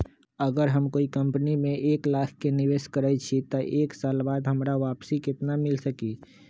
अगर हम कोई कंपनी में एक लाख के निवेस करईछी त एक साल बाद हमरा वापसी में केतना मिली?